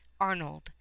Arnold